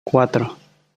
cuatro